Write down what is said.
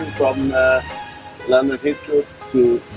from london heathrow to